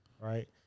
right